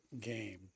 game